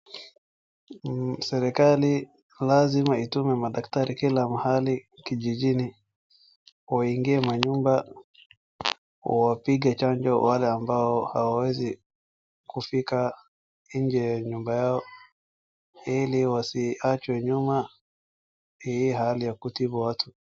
Serikali lazima itume madaktari kila mahali kijijini. Waingie manyumba wapige chanjo wale ambao hawawezi kufika nje ya nyumba yao ili wasiachwe nyuma na hii hali ya kutibu watu.